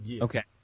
Okay